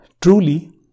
truly